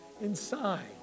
inside